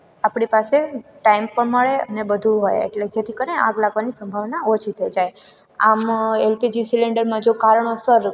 આપણી પાસે ટાઈમ પણ મળે અને બધું હોય એટલે જેથી કરીને આગ લાગવાની સંભાવના ઓછી થઈ જાય આમ એલપીજી સિલેન્ડરમાં જો કારણોસર